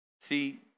See